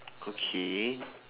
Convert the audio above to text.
okay